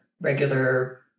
regular